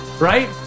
Right